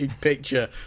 picture